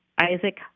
Isaac